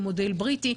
מודל בריטי,